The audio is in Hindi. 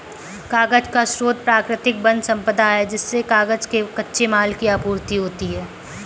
कागज का स्रोत प्राकृतिक वन सम्पदा है जिससे कागज के कच्चे माल की आपूर्ति होती है